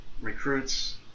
recruits